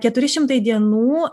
keturi šimtai dienų